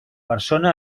persona